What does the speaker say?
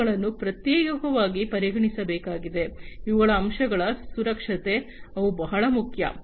ಇವುಗಳನ್ನು ಪ್ರತ್ಯೇಕವಾಗಿ ಪರಿಗಣಿಸಬೇಕಾಗಿದೆ ಇವುಗಳ ಅಂಶಗಳ ಸುರಕ್ಷತೆ ಅವು ಬಹಳ ಮುಖ್ಯ